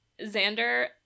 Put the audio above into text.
Xander